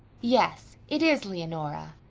yes, it is leonora.